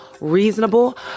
reasonable